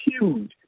huge